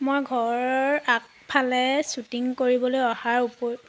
মই ঘৰ আগফালে শ্বুটিং কৰিবলৈ অহাৰ উপৰি